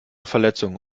verletzung